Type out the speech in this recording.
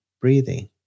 breathing